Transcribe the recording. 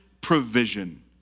provision